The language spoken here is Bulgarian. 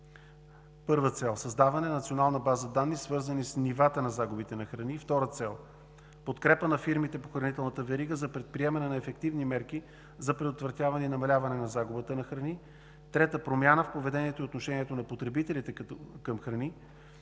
Първа цел – създаване на национална база данни, свързани с нивата на загубите на храни. Втора цел – подкрепа на фирмите по хранителната верига за предприемане на ефективни мерки за предотвратяване и намаляване на загубата на храни. Трета цел – промяна в поведението и отношението на потребителите към храни.